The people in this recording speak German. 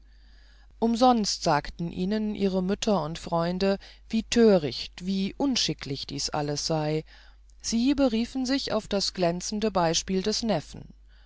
umsonst sagten ihnen ihre mütter und freunde wie töricht wie unschicklich dies alles sei sie beriefen sich auf das glänzende beispiel des neffen